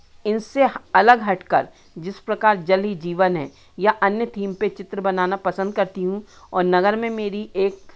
इनसे ह अलग हटकर जिस प्रकार जल ही जीवन है या अन्य थीम पे चित्र बनाना पसंद करती हूँ और नगर में मेरी एक